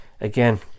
again